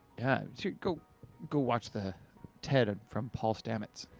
yeah. so go go watch the ted ah from paul stamets.